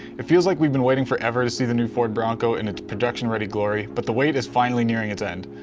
it feels like we've been waiting forever to see the new ford bronco in its production ready glory. but the wait is finally nearing its end.